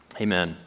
Amen